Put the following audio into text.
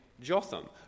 Jotham